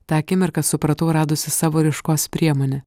tą akimirką supratau radusi savo raiškos priemonę